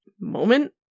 moment